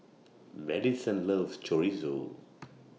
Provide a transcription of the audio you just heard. Maddison loves Chorizo